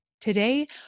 Today